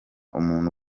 umuntu